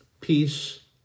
peace